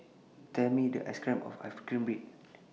Tell Me The Price of Ice Cream Bread